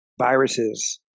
viruses